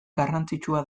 garrantzitsua